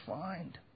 find